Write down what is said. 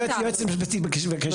יועצת המשפטית מבקשת להוסיף.